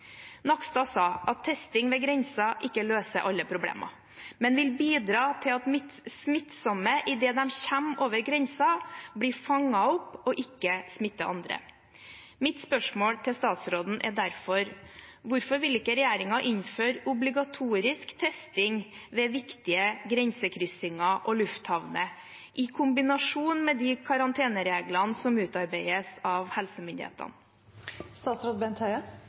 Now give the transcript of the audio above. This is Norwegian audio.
Nakstad sa at testing ved grensen ikke løser alle problemer, men vil bidra til at de som er smittsomme idet de kommer over grensen, blir fanget opp og ikke smitter andre. Mitt spørsmål til statsråden er derfor: Hvorfor vil ikke regjeringen innføre obligatorisk testing ved viktige grensekryssinger og lufthavner, i kombinasjon med de karantenereglene som utarbeides av